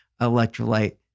electrolyte